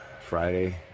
friday